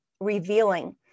revealing